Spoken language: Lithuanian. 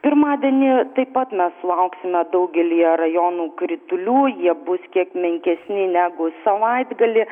pirmadienį taip pat mes lauksime daugelyje rajonų kritulių jie bus kiek menkesni negu savaitgalį